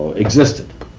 existed.